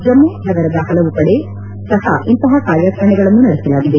ಜಮ್ನು ನಗರದ ಹಲವು ಕಡೆ ಸಹ ಇಂತಹ ಕಾರ್ಯಾಚರಣೆಗಳನ್ನು ನಡೆಸಲಾಗಿದೆ